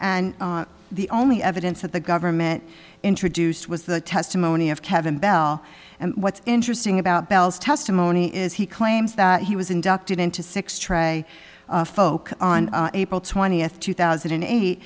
and the only evidence that the government introduced was the testimony of kevin bell and what's interesting about bell's testimony is he claims that he was inducted into six trey folk on april twentieth two thousand and eight